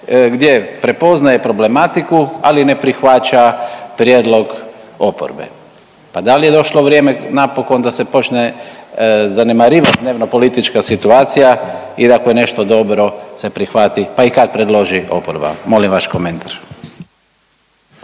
gdje prepoznaje problematiku, ali ne prihvaća prijedlog oporbe. Pa dal je došlo vrijeme napokon da se počne zanemarivat dnevnopolitička situacija i da ako je nešto dobro se prihvati, pa i kad predloži oporba, molim vaš komentar.